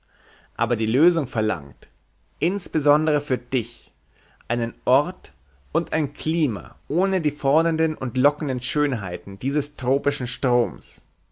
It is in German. aber die lösung verlangt insbesondere für dich einen ort und ein klima ohne die fordernden und lockenden schönheiten dieses tropischen stroms